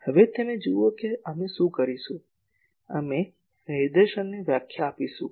હવે તમે જુઓ કે અમે શું કરીશું અમે નિર્દેશનની વ્યાખ્યા આપીશું